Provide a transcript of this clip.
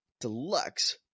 Deluxe